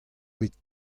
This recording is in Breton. bet